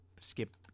skip